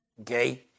okay